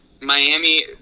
Miami